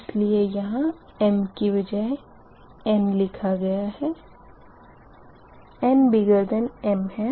इसीलिए यहाँ m की बजाय n लिया गया है nm है